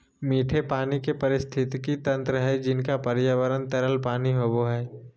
मीठे पानी के पारिस्थितिकी तंत्र हइ जिनका पर्यावरण तरल पानी होबो हइ